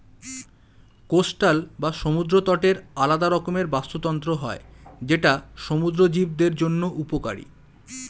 coastal বা সমুদ্র তটের আলাদা রকমের বাস্তুতন্ত্র হয় যেটা সমুদ্র জীবদের জন্য উপকারী